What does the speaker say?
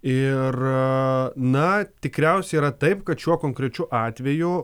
ir na tikriausiai yra taip kad šiuo konkrečiu atveju